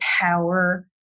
power